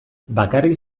bakarrik